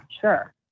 sure